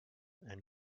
and